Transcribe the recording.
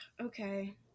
Okay